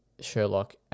Sherlock